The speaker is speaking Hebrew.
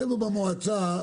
אצלנו במועצה,